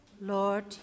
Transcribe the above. Lord